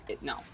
No